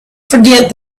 forget